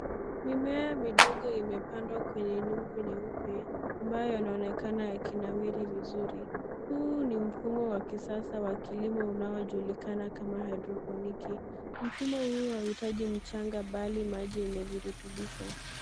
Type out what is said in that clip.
Mimea midogo imepandwa kwenye nyungu nyeupe, ambayo yanaonekana yakinawiri vizuri. Huu ni mfumo wa kisasa wa kilimo unaojulikana kama haidroponiki. Mfumo huu hauhitaji mchanga bali maji na virutubisho.